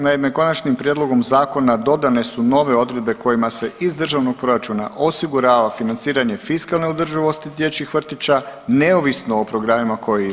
Naime, konačnim prijedlogom zakona dodane su nove odredbe kojima se iz državnog proračuna osigurava financiranje fiskalne održivosti dječjih vrtića neovisno o programima koje izvode.